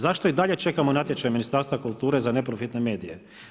Zašto i dalje čekamo natječaj Ministarstva kulture za neprofitne medije.